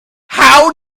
how